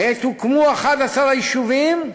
עת הוקמו 11 היישובים,